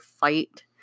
fight